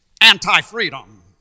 anti-freedom